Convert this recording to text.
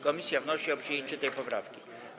Komisja wnosi o przyjęcie tej poprawki.